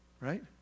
Right